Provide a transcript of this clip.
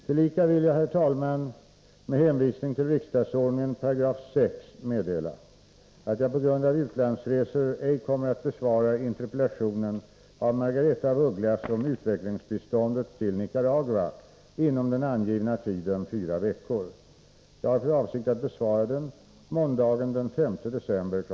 Tillika vill jag, herr talman, under hänvisning till riksdagsordningen 6 kap. 1 § meddela att jag på grund av utlandsresor ej kommer att besvara interpellationen av Margaretha af Ugglas om utvecklingsbiståndet till Nicaragua inom den angivna tiden fyra veckor. Jag har för avsikt att besvara den måndagen den 5 december kl.